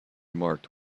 marked